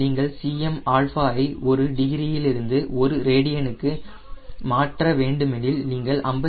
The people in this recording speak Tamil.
நீங்கள் Cm ஐ ஒரு டிகிரியிலிருந்து ஒரு ரேடியனுக்கு மாற்ற வேண்டுமெனில் நீங்கள் 57